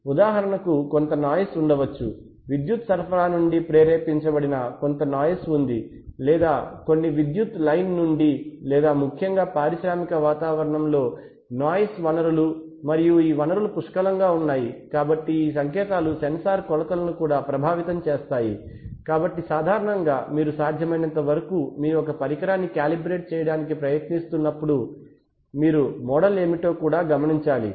ఉదాహరణకు కొంత నాయిస్ ఉండవచ్చు విద్యుత్ సరఫరా నుండి ప్రేరేపించబడిన కొంత నాయిస్ ఉంది లేదా కొన్ని విద్యుత్ లైన్ నుండి లేదా ముఖ్యంగా పారిశ్రామిక వాతావరణంలో నాయిస్ వనరులు మరియు ఈ వనరులు పుష్కలంగా ఉన్నాయి కాబట్టి ఈ సంకేతాలు సెన్సార్ కొలతలను కూడా ప్రభావితం చేస్తాయి కాబట్టి సాధారణంగా మీరు సాధ్యమైనంత వరకు మీరు ఒక పరికరాన్నికాలిబ్రేట్ చేయడానికి ప్రయత్నిస్తున్నప్పుడు మీరు మోడల్ ఏమిటో కూడా గమనించాలి